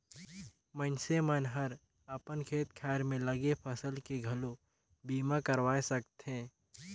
मइनसे मन हर अपन खेत खार में लगे फसल के घलो बीमा करवाये सकथे